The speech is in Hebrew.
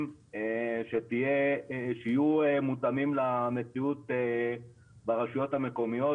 שיהיו מותאמים למציאות ברשויות המקומיות,